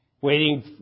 Waiting